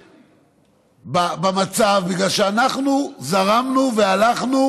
במצב, בגלל שאנחנו זרמנו והלכנו